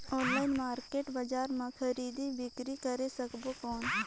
Online market बजार मां खरीदी बीकरी करे सकबो कौन?